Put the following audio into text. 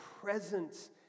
presence